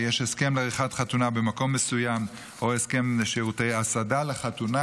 ויש הסכם לעריכת החתונה במקום מסוים או הסכם לשירותי הסעה לחתונה,